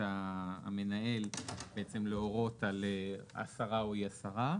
המנהל בעצם להורות על הסרה או אי הסרה.